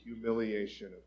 humiliation